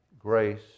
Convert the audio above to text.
grace